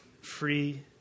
free